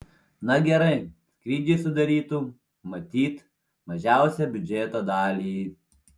na gerai skrydžiai sudarytų matyt mažiausią biudžeto dalį